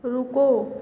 रुको